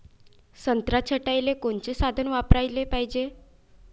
संत्रा छटाईले कोनचे साधन वापराले पाहिजे?